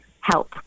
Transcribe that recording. help